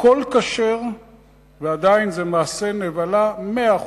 הכול כשר ועדיין זה מעשה נבלה מאה אחוז,